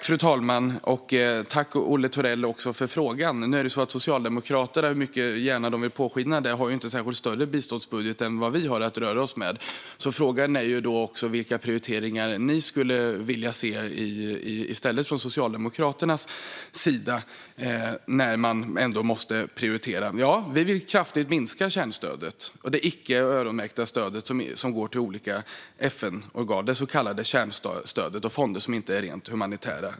Fru talman! Nu är det så att ni i Socialdemokraterna, hur gärna ni än vill låta påskina något annat, inte har en särskilt mycket större biståndsbudget än vad vi har att röra oss med. Frågan är vilka prioriteringar ni från Socialdemokraternas sida skulle vilja se i stället när det ändå måste prioriteras. Ja, vi vill kraftigt minska det icke öronmärkta stöd som går till olika FN-organ - det så kallade kärnstödet - och fonder som inte är rent humanitära.